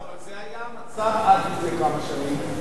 כבוד השר, אבל זה היה המצב עד לפני כמה שנים.